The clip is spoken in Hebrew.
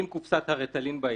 עם קופסת הריטלין ביד,